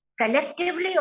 collectively